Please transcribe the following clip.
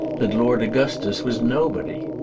that lord augustus was nobody.